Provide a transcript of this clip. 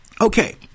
Okay